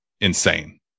insane